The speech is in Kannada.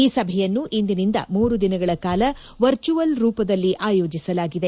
ಈ ಸಭೆಯನ್ನು ಇಂದಿನಿಂದ ಮೂರು ದಿನಗಳ ಕಾಲ ವರ್ಚುವಲ್ ರೂಪದಲ್ಲಿ ಆಯೋಜಿಸಲಾಗಿದೆ